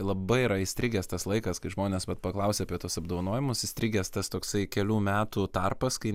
labai yra įstrigęs tas laikas kai žmonės vat paklausia apie tuos apdovanojimus įstrigęs tas toksai kelių metų tarpas kai